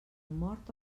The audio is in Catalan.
mort